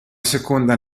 seconda